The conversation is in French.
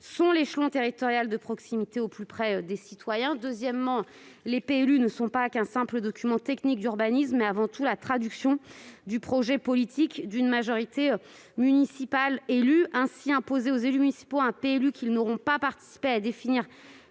l'échelon territorial de proximité au plus près des citoyens. D'autre part, les PLU ne sont pas qu'un simple document technique d'urbanisme, mais avant tout la traduction du projet politique d'une majorité municipale élue. Aussi, imposer aux élus municipaux un PLU à la définition duquel ils n'auront pas participé et qu'ils